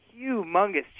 humongous